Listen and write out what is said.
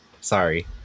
Sorry